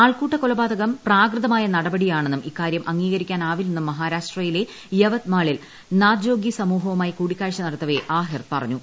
ആൾക്കൂട്ട കൊലപാതകം പ്രാകൃതമായ നടപടിയാണെന്നും ഇക്കാര്യം അംഗീകരിക്കാനാവില്ലെന്നും മഹാരാഷ്ട്രയിലെ യവത് മാളിൽ നാദ്ജോഗി സമൂഹവുമായി കൂടിക്കാഴ്ച നടത്തവെ ആഹിർ പറഞ്ഞു